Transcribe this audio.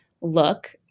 look